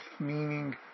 meaning